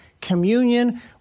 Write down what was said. communion